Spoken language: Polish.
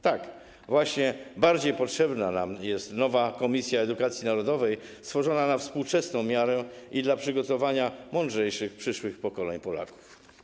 Tak, bardziej potrzebna jest nam nowa Komisja Edukacji Narodowej, stworzona na współczesną miarę i dla przygotowania mądrzejszych, przyszłych pokoleń Polaków.